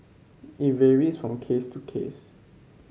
it varies from case to case